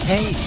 Hey